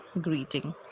greeting